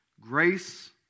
grace